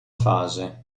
fase